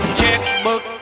checkbook